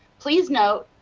please note,